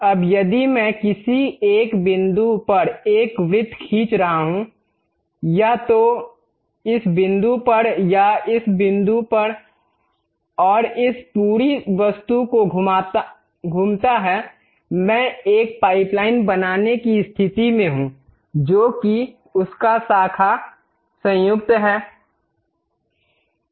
अब यदि मैं किसी एक बिंदु पर एक वृत्त खींच रहा हूँ या तो इस बिंदु पर या इस बिंदु पर और इस पूरी वस्तु को घूमता है मैं एक पाइपलाइन बनाने की स्थिति में हूं जो कि उसका शाखा संयुक्त है